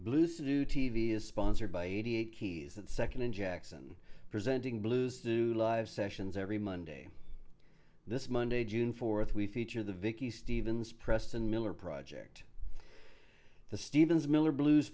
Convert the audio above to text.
blues do t v is sponsored by eighty eight keys and second in jackson presenting blues do live sessions every monday this monday june fourth we feature the vicky stevens preston miller project the stevens miller blues